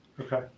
Okay